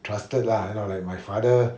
trusted lah you know like my father